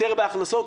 יותר בהכנסות,